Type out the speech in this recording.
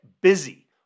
Busy